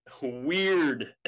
weird